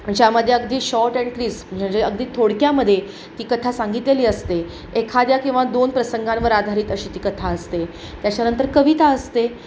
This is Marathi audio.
ज्यामदे अगदी शॉर्ट एंट्रीस म्हणजे अगदी थोडक्यामध्ये ती कथा सांगितलेली असते एखाद्या किंवा दोन प्रसंगांवर आधारित अशी ती कथा असते त्याच्यानंतर कविता असते